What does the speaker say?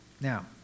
Now